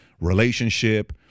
relationship